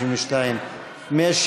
היו